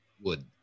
wood